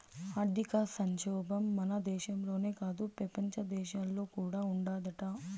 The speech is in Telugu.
ఆర్థిక సంక్షోబం మన దేశంలోనే కాదు, పెపంచ దేశాల్లో కూడా ఉండాదట